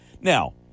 Now